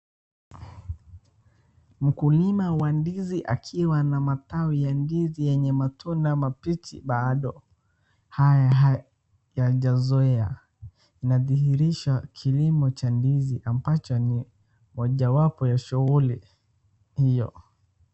Mkulima wa ndizi akiwa na matawi ya ndizi yenye matunda mabichi bado hayo hayajazoea inadhihirisha kilimo cha ndizi ambacho ni mojawapo ya shughuli hiyo.